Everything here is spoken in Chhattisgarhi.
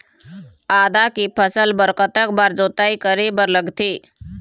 आदा के फसल बर कतक बार जोताई करे बर लगथे?